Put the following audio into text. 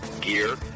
gear